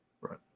Right